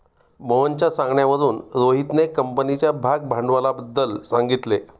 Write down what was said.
मोहनच्या सांगण्यावरून रोहितने कंपनीच्या भागभांडवलाबद्दल सांगितले